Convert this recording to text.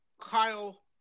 Kyle